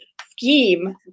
scheme